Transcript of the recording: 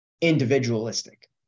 individualistic